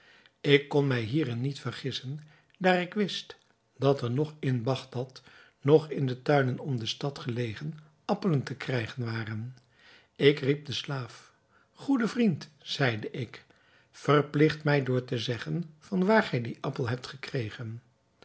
ik kon mij hierin niet vergissen daar ik wist dat er noch in bagdad noch in de tuinen om de stad gelegen appelen te krijgen waren ik riep den slaaf goede vriend zeide ik verpligt mij door te zeggen van waar gij dien appel hebt gekregen